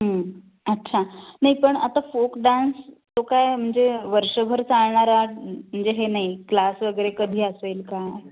अच्छा नाही पण आता फोक डान्स तो काय म्हणजे वर्षभर चालणारा म्हणजे हे नाही क्लास वगैरे कधी असेल काय